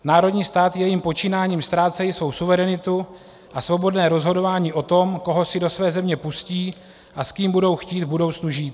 Národní státy jejím počínáním ztrácejí svou suverenitu a svobodné rozhodování o tom, koho si do své země pustí a s kým budou chtít v budoucnu žít.